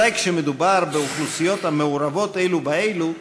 בוודאי כשמדובר באוכלוסיות המעורבות אלו באלו,